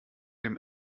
dem